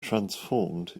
transformed